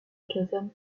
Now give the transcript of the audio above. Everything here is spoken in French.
caserne